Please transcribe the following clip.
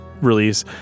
release